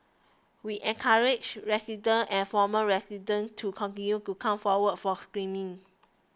we encourage residents and former residents to continue to come forward for screening